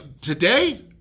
today